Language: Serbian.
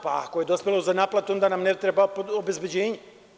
Pa, ako je dospelo za naplatu, onda nam ne treba obezbeđenje.